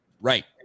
Right